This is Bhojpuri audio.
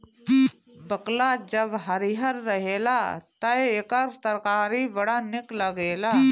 बकला जब हरिहर रहेला तअ एकर तरकारी बड़ा निक लागेला